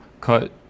cut